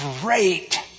great